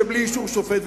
שזה בלי אישור שופט,